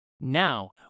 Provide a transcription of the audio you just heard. Now